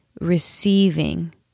receiving